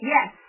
Yes